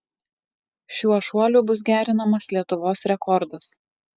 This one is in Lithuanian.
šiuo šuoliu bus gerinamas lietuvos rekordas